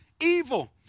evil